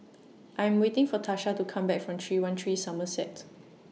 I Am waiting For Tasha to Come Back from three one three Somerset